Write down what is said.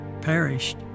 perished